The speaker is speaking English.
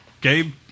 Gabe